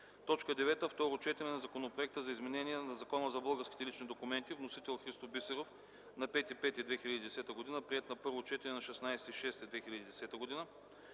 г. 9. Второ четене на Законопроекта за изменение на Закона за българските лични документи. Вносител – Христо Бисеров на 5 май 2010 г, приет на първо четене на 16 юни 2010 г.